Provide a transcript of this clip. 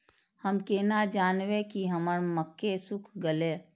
हम केना जानबे की हमर मक्के सुख गले?